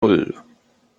nan